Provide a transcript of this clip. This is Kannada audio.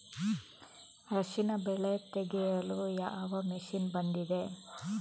ಅರಿಶಿನ ಬೆಳೆ ತೆಗೆಯಲು ಯಾವ ಮಷೀನ್ ಬಂದಿದೆ?